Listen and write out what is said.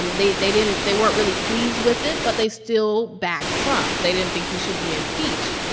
they they didn't they weren't really pleased with it, but they still back trump. they didn't think he should be impeached.